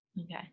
Okay